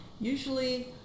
Usually